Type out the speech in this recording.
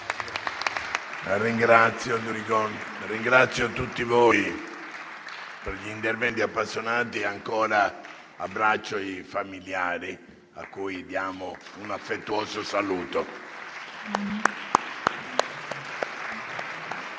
Ringrazio tutti voi per gli interventi appassionati. Abbraccio ancora i familiari, a cui diamo un affettuoso saluto.